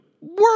work